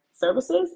services